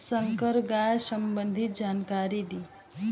संकर गाय संबंधी जानकारी दी?